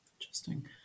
Interesting